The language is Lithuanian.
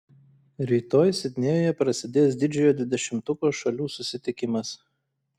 rytoj sidnėjuje prasidės didžiojo dvidešimtuko šalių susitikimas